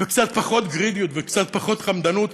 וקצת פחות גרידיות וקצת פחות חמדנות